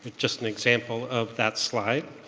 just an example of that slide.